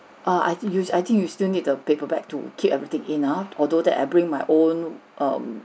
err I think you st~ I think you still need the paper bag to keep everything in uh although that I bring my own um